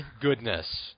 goodness